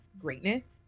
greatness